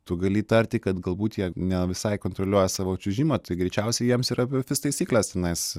tu gali įtarti kad galbūt jie ne visai kontroliuoja savo čiuožimą tai greičiausiai jiems yra visos taisyklės tenais